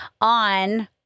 on